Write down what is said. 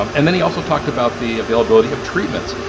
um and then he also talked about the availability of treatments.